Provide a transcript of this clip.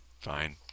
fine